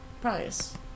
Price